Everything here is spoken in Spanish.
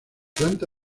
planta